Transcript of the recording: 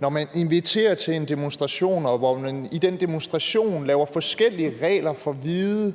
når man inviterer til en demonstration og i den demonstration laver forskellige regler for hvide